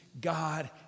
God